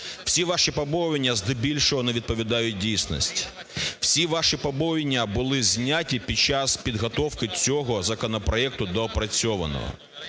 всі ваші побоювання здебільшого не відповідають дійсності. Всі ваші побоювання були зняті під час підготовки цього законопроекту доопрацьованого.